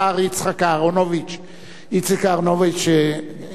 שאין שאלה שאתה שואל אותו והוא לא נותן